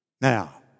Now